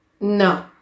No